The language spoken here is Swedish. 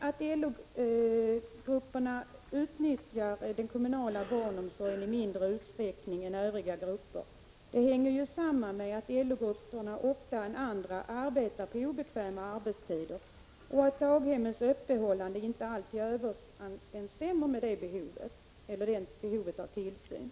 Att LO-grupperna utnyttjar den kommunala barnomsorgen i mindre utsträckning än övriga grupper hänger samman med att LO grupperna oftare än andra arbetar på obekväma arbetstider och att daghemmens öppethållande inte alltid överensstämmer med behovet av tillsyn.